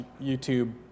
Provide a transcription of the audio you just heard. YouTube